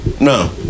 No